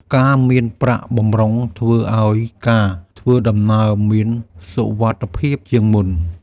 ការមានប្រាក់បម្រុងធ្វើឱ្យការធ្វើដំណើរមានសុវត្ថិភាពជាងមុន។